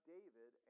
David